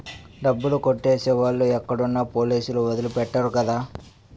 డబ్బులు కొట్టేసే వాళ్ళు ఎక్కడున్నా పోలీసులు వదిలి పెట్టరు కదా